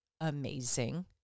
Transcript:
amazing